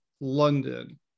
London